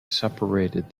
separated